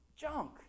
junk